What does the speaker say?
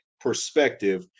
perspective